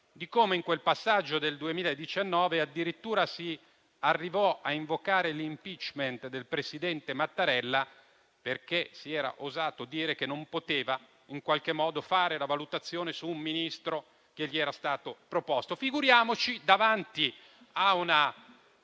a come, in quel passaggio del 2019, addirittura si arrivò a invocare l'*impeachment* del presidente Mattarella, perché si era osato dire che questi non poteva esprimere la valutazione su un Ministro che gli era stato proposto; figuriamoci davanti a una